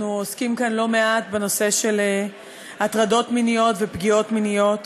אנחנו עוסקים כאן לא מעט בנושא של הטרדות מיניות ופגיעות מיניות,